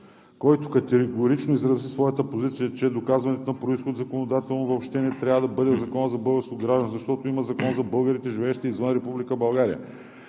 който категорично изрази своята позиция, че доказването на произход законодателно въобще не трябва да бъде в Закона за българското гражданство, защото има Закон за българите, живеещи извън Република България,